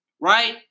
right